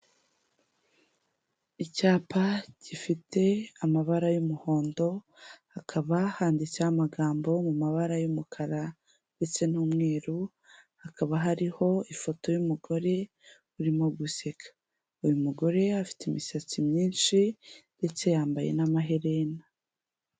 Icyapa gifite amabara y'umuhondo, hakaba handitseho amagambo mu mabara y'umukara ndetse n'umweru, hakaba hariho ifoto y'umugore urimo guseka, uyu mugore afite imisatsi myinshi ndetse yambaye n'amaherena.